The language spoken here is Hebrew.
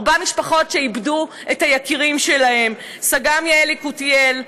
ארבע משפחות שאיבדו את היקירים שלהן: סג"מ יעל יקותיאל,